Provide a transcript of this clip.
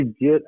Get